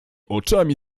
oczami